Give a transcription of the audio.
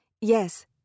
Yes